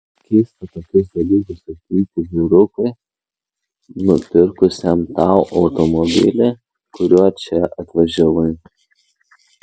keista tokius dalykus sakyti vyrukui nupirkusiam tau automobilį kuriuo čia atvažiavai